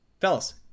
Fellas